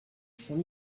son